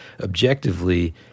objectively